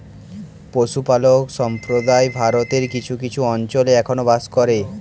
পশুপালক সম্প্রদায় ভারতের কিছু কিছু অঞ্চলে এখনো বাস করে